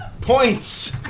points